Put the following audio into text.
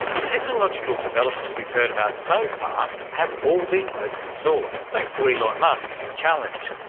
the technological developments we've heard about so far have all been open source, thanks to elon musk and his challenge.